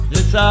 Yes